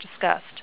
discussed